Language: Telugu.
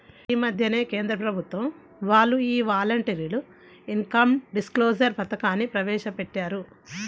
యీ మద్దెనే కేంద్ర ప్రభుత్వం వాళ్ళు యీ వాలంటరీ ఇన్కం డిస్క్లోజర్ పథకాన్ని ప్రవేశపెట్టారు